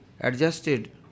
adjusted